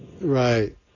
Right